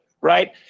right